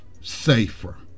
safer